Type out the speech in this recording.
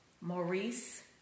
Maurice